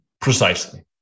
Precisely